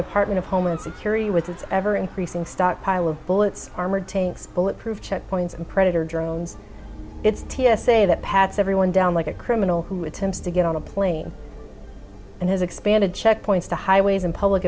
department of homeland security with an ever increasing stockpile of bullets armored tanks bulletproof checkpoints and predator drones it's t s a that pats everyone down like a criminal who attempts to get on a lane and has expanded checkpoints to highways and public